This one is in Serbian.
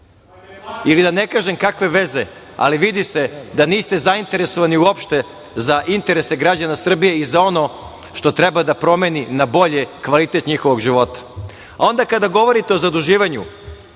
protiv toga? Kakve veze, ali vidi se da niste zainteresovani uopšte za interese građane Srbije i za ono što treba da promeni na bolje kvalitet njihovog života. Onda kada govorite o zaduživanju,